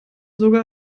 sogar